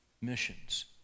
missions